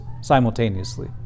simultaneously